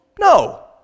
No